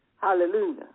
hallelujah